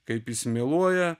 kaip jis meluoja